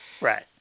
right